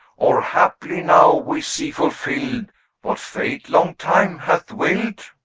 or haply now we see fulfilled what fate long time hath willed?